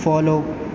follow